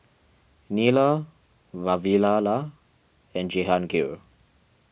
Neila Vavilala and Jehangirr